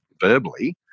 verbally